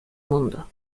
mundo